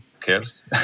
cares